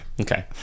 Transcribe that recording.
Okay